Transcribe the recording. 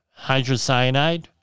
hydrocyanide